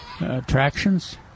attractions